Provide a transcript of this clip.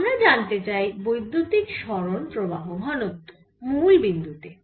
আমরা জানতে চাই বৈদ্যুতিক সরণ প্রবাহ ঘনত্ব মুল বিন্দু তে